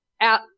out